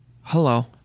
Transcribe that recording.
hello